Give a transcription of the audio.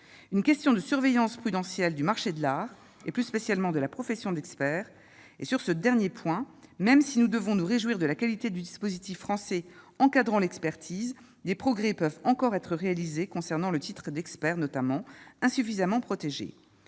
une question de surveillance prudentielle du marché de l'art, et plus spécialement de la profession d'expert et sur ce dernier point, même si nous devons nous réjouir de la qualité du dispositif français encadrant l'expertise des progrès peuvent encore être réalisés concernant le titre d'expert notamment insuffisamment protégé